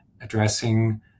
addressing